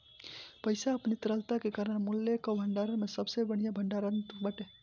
पईसा अपनी तरलता के कारण मूल्य कअ भंडारण में सबसे बढ़िया भण्डारण बाटे